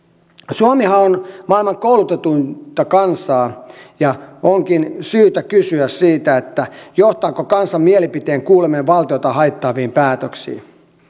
suomihan on maailman koulutetuinta kansaa ja onkin syytä kysyä johtaako kansan mielipiteen kuuleminen valtiota haittaaviin päätöksiin